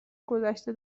گدشته